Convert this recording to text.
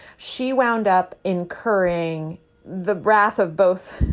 she wound up incurring the wrath of both,